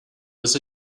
was